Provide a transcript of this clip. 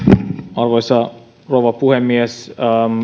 arvoisa rouva puhemies